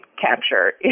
capture